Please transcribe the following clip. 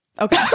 Okay